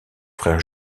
frères